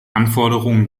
anforderungen